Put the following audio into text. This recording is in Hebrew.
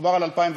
מדובר על 2001,